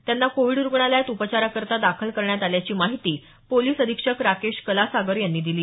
त्यांना कोविड रुग्णालयात उपचाराकरिता दाखल करण्यात आल्याची माहिती पोलीस अधीक्षक राकेश कलासागर यांनी दिली